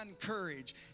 courage